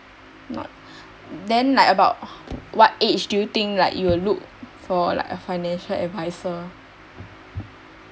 not then like about what age do you think like you will look for like a financial adviser